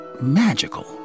magical